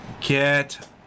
get